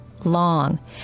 long